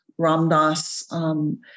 Ramdas